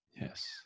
Yes